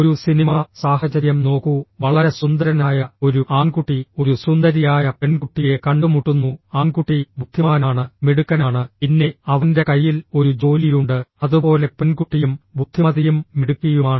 ഒരു സിനിമാ സാഹചര്യം നോക്കൂ വളരെ സുന്ദരനായ ഒരു ആൺകുട്ടി ഒരു സുന്ദരിയായ പെൺകുട്ടിയെ കണ്ടുമുട്ടുന്നു ആൺകുട്ടി ബുദ്ധിമാനാണ് മിടുക്കനാണ് പിന്നെ അവന്റെ കയ്യിൽ ഒരു ജോലിയുണ്ട് അതുപോലെ പെൺകുട്ടിയും ബുദ്ധിമതിയും മിടുക്കിയുമാണ്